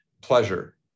pleasure